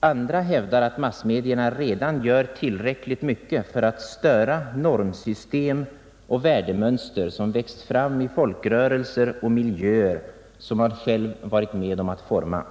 Andra hävdar att massmedierna redan gör tillräckligt mycket för att störa normsystem och värdemönster, som växt fram i folkrörelser och miljöer som man själv varit med om att forma.